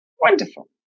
Wonderful